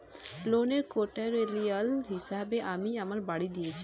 ঋনের কোল্যাটেরাল হিসেবে আমি আমার বাড়ি দিয়েছি